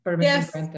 yes